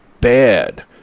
bad